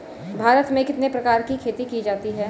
भारत में कितने प्रकार की खेती की जाती हैं?